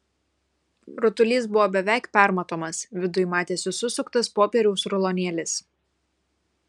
rutulys buvo beveik permatomas viduj matėsi susuktas popieriaus rulonėlis